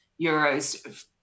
euros